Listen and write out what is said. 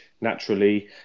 naturally